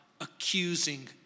accusing